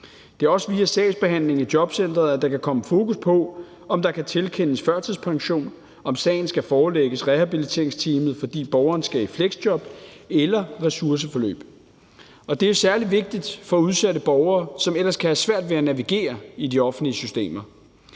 Det er også via sagsbehandlingen i jobcenteret, at der kan komme fokus på, om der kan tilkendes førtidspension, eller om sagen skal forelægges rehabiliteringsteamet, fordi borgere skal i fleksjob eller ressourceforløb. Og det er særlig vigtigt for udsatte borgere, som ellers kan have svært ved at navigere i de offentlige systemer.